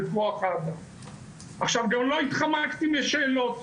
גם לא התחמקתי משאלות.